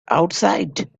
outside